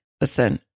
Listen